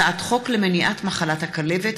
הצעת חוק למניעת מחלת הכלבת,